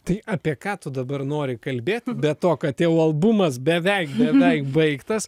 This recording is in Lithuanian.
tai apie ką tu dabar nori kalbėti be to kad jau albumas beveik beveik baigtas